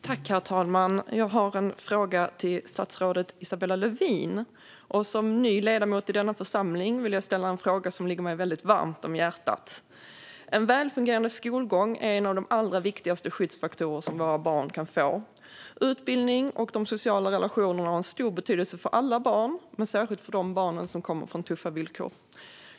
Herr talman! Jag har en fråga till statsrådet Isabella Lövin. Som ny ledamot i denna församling vill jag ställa en fråga som ligger mig mycket varmt om hjärtat. En välfungerande skolgång är en av de allra viktigaste skyddsfaktorer våra barn kan få. Utbildning och sociala relationer har stor betydelse för alla barn, men särskilt för de barn som kommer från tuffa villkor.